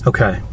Okay